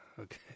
okay